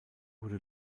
wurde